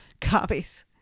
copies